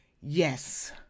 yes